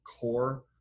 core